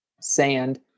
sand